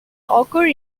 occur